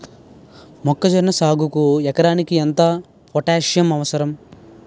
మొక్కజొన్న సాగుకు ఎకరానికి ఎంత పోటాస్సియం అవసరం?